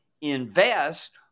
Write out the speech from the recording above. invest